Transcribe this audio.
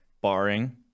Barring